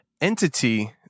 entity